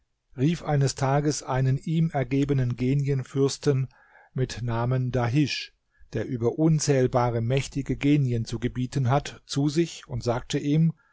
rief eines tages einen ihm ergebenen genienfürsten mit namen dahisch der über unzählbare mächtige genien zu gebieten hat zu sich und sagte ihm